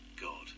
God